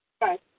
right